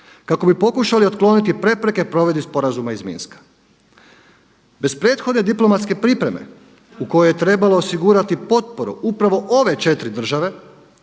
Kako bi pokušali otkloniti prepreke provedbi sporazuma iz Minska. Bez prethodne diplomatske pripreme u kojoj je trebalo osigurati potporu upravo ove četiri države